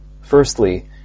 Firstly